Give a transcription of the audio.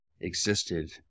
existed